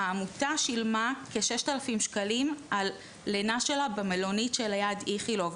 העמותה שילמה כ-6,000 שקלים על לינה שלה במלונית ליד איכילוב.